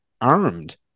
armed